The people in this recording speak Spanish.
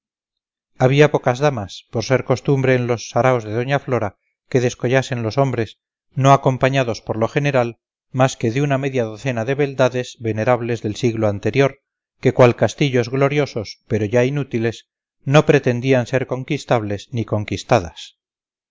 había pocas damas por ser costumbre en los saraos de doña flora que descollasen los hombres no acompañados por lo general más que de una media docena de beldades venerables del siglo anterior que cual castillos gloriosos pero ya inútiles no pretendían ser conquistables ni conquistadas